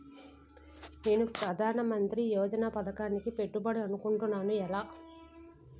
నేను ప్రధానమంత్రి యోజన పథకానికి పెట్టుకోవాలి అనుకుంటున్నా ఎలా?